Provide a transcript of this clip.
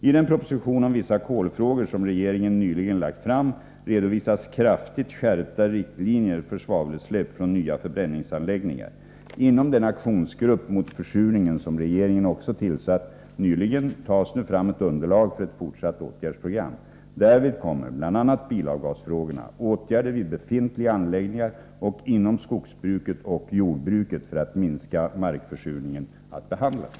I den proposition om vissa kolfrågor som regeringen nyligen lagt fram redovisas kraftigt skärpta riktlinjer för svavelutsläpp från nya förbränningsanläggningar. Inom den aktionsgrupp mot försurningen som regeringen också tillsatt nyligen tas nu fram ett underlag för ett fortsatt åtgärdsprogram. Därvid kommer bl.a. bilavgasfrågorna, åtgärder vid befintliga anläggningar och inom skogsbruket och jordbruket för att minska markförsurningen att behandlas.